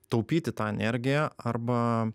taupyti tą energiją arba